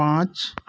पाँच